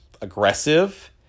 aggressive